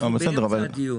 אנחנו באמצע הדיון.